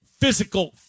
physical